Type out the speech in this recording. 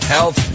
Health